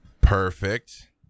Perfect